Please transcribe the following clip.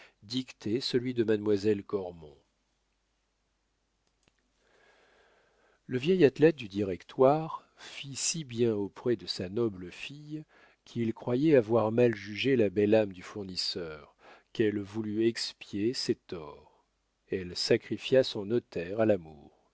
dicté celui de mademoiselle cormon le vieil athlète du directoire fit si bien auprès de la noble fille qui croyait avoir mal jugé la belle âme du fournisseur qu'elle voulut expier ses torts elle sacrifia son notaire à l'amour